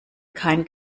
kein